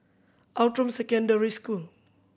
Outram Secondary School